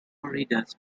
readers